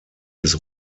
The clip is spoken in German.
des